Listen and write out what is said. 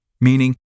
Meaning